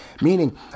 Meaning